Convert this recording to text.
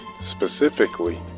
Specifically